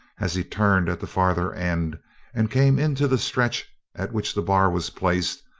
as he turned at the farther end and came into the stretch at which the bar was placed,